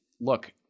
look